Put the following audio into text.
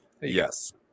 Yes